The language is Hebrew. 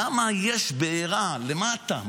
למה יש בעירה למטה.